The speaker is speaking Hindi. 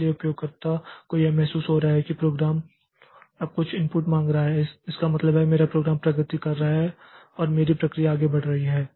इसलिए उपयोगकर्ता को यह महसूस हो रहा है कि प्रोग्राम अब कुछ इनपुट मांग रहा है इसका मतलब है मेरा प्रोग्राम प्रगति कर रहा है और मेरी प्रक्रिया आगे बढ़ रही है